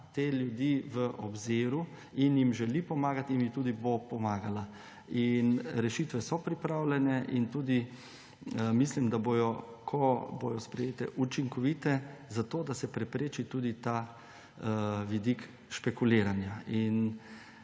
te ljudi v obziru in jim želi pomagati in jim tudi bo pomagala. Rešitve so pripravljene in tudi mislim, ko bodo sprejete, učinkovite, zato da se prepreči tudi ta vidik špekuliranja.